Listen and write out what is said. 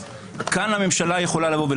כאן הממשלה יכולה לומר: